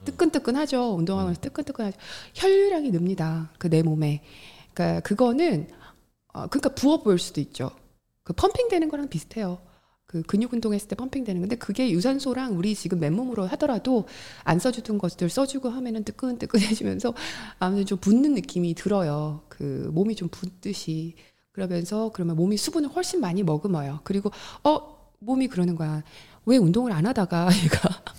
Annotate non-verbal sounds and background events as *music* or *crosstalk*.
뜨끈뜨끈하죠. 운동하면서 음. 뜨끈뜨끈하죠. 혈류량이 늡니다. 그 내 몸에. 그러니까 그거는, 어, 그러니까 부어 보일 수도 있죠. 그 펌핑되는 거랑 비슷해요. 그 근육 운동했을 때 펌핑되는 건데 그게 유산소랑 우리 지금 맨몸으로 하더라도 안 써주던 것들 써주고 하면은 뜨끈뜨끈해지면서 아무튼 좀 붓는 느낌이 들어요. 그 몸이 좀 붓듯이. 그러면서 그러면 몸이 수분을 훨씬 많이 머금어요. 그리고 어? 몸이 그러는 거야. 왜 운동을 안 하다가 얘가 *laughs*